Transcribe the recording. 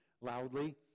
loudly